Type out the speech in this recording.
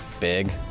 Big